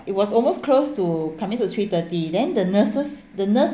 it was almost close to coming to three thirty then the nurses the nurse